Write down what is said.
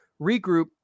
regroup